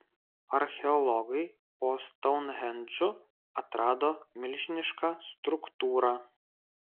archeologai po stounhendžu atrado milžinišką struktūrą